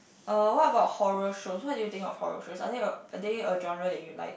uh what about horror shows what do you think of horror shows are they a are they a genre that you like